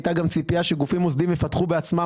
הייתה גם ציפייה שגופים מוסדיים יפתחו מוסדיים יפתחו בעצמם